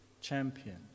champion